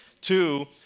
Two